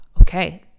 Okay